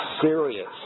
serious